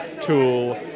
tool